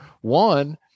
One